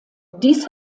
dies